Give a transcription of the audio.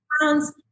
pounds